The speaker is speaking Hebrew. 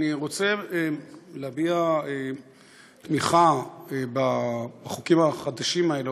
אני רוצה להביע תמיכה בחוקים החדשים האלה,